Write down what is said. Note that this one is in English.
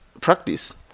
practice